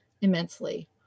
immensely